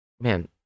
Man